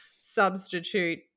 substitute